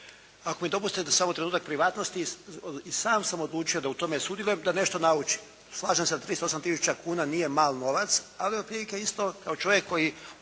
Ako mi dopustite samo trenutak privatnosti i sam sam odlučio da u tome sudjelujem, da nešto naučim. Slažem se 38 tisuća kuna nije mal novac, ali otprilike isto kao čovjek koji